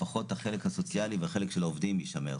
לפחות החלק הסוציאלי והחלק של העובדים יישמר.